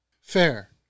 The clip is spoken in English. Fair